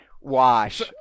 wash